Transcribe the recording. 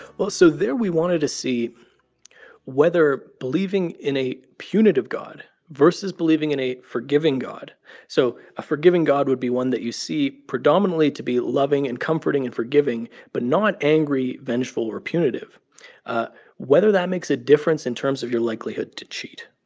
well, so there we wanted to see whether believing in a punitive god versus believing in a forgiving god so a forgiving god would be one that you see predominantly to be loving and comforting and forgiving but not angry, vengeful or punitive whether that makes a difference in terms of your likelihood to cheat.